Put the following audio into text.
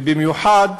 במיוחד